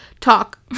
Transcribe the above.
talk